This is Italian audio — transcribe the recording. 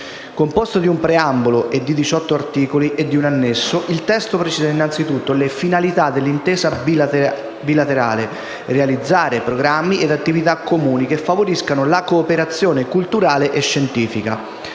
Composto di un preambolo, di 18 articoli e di un annesso, il testo precisa innanzitutto le finalità dell'intesa bilaterale, volta alla realizzazione di programmi e attività comuni, che favoriscano la cooperazione culturale e scientifica,